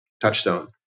Touchstone